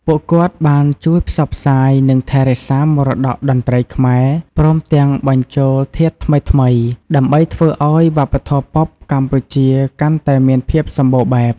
ពួកគាត់បានជួយផ្សព្វផ្សាយ និងថែរក្សាមរតកតន្ត្រីខ្មែរ ព្រមទាំងបញ្ចូលធាតុថ្មីៗដើម្បីធ្វើឱ្យវប្បធម៌ប៉ុបកម្ពុជាកាន់តែមានភាពសម្បូរបែប។